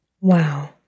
Wow